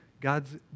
God's